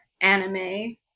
anime